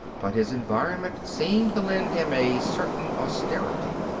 but his environment seemed to lend him a certain austerity.